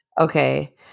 Okay